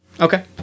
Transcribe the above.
Okay